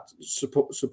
support